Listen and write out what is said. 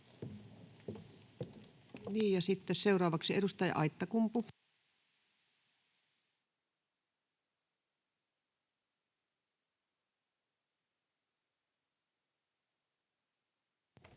seuraavaksi edustaja Aittakumpu.